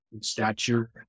stature